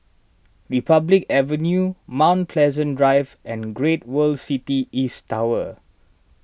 Republic Avenue Mount Pleasant Drive and Great World City East Tower